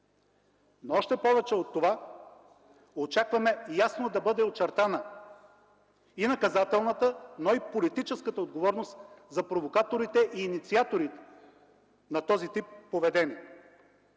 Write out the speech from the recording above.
Още повече от това – очакваме ясно да бъде очертана и наказателната, но и политическата отговорност за провокаторите и инициатори на този тип поведение.